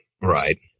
right